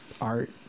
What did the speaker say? art